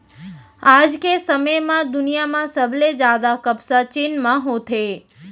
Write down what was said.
आज के समे म दुनिया म सबले जादा कपसा चीन म होथे